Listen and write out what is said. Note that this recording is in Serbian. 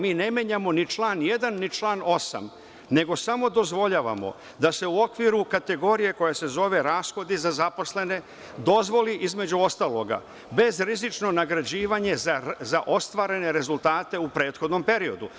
Mi ne menjamo ni član 1. ni član 8, nego samo dozvoljavamo da se u okviru kategorije koja se zove – rashodi za zaposlene, dozvoli, između ostalog, bezrizično nagrađivanje za ostvarene rezultate u prethodnom periodu.